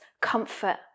comfort